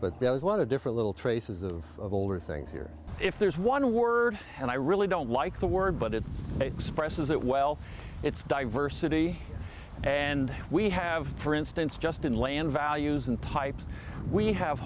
but there was a lot of different little traces of older things here if there's one word and i really don't like the word but it expresses it well its diversity and we have for instance just inland values and types we have